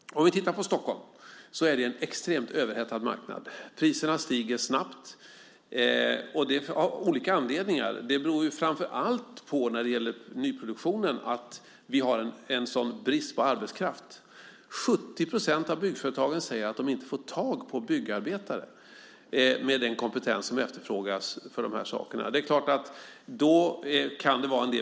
Om vi tittar på Stockholm ser vi att marknaden är extremt överhettad. Priserna stiger snabbt, och det av olika anledningar. När det gäller nyproduktionen beror det framför allt på att vi har en sådan brist på arbetskraft. 70 procent av byggföretagen säger att de inte får tag på byggarbetare med den kompetens som efterfrågas för detta.